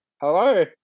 Hello